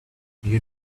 you